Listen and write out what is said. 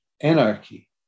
anarchy